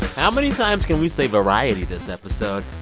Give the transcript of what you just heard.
how many times can we say variety this episode?